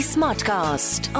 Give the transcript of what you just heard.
Smartcast